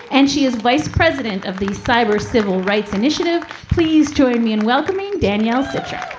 and she is vice president of the cyber civil rights initiative. please join me in welcoming danielle sicher.